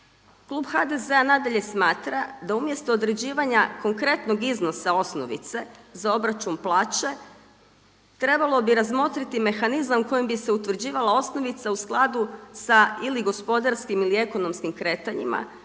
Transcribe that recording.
Klub HDZ-a nadalje smatra da umjesto određivanja konkretnog iznosa osnovice za obračun plaće trebalo bi razmotriti mehanizam kojim bi se utvrđivala osnovica u skladu sa ili gospodarskim ili ekonomskim kretanjima